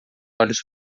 olhos